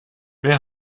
wer